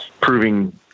proving